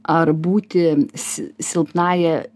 ar būti si silpnąja